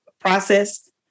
process